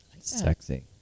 Sexy